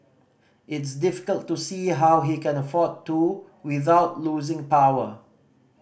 it's difficult to see how he can afford to without losing power